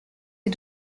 est